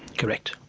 correct,